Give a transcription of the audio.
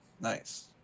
Nice